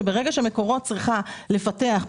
שברגע שמקורות צריכה לפתח,